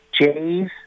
J's